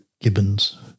Gibbons